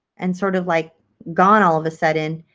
and sort of like gone all of a sudden